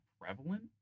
prevalent